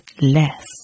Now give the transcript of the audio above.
less